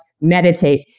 meditate